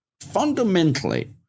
fundamentally